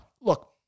Look